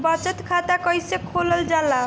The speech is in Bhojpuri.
बचत खाता कइसे खोलल जाला?